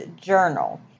journal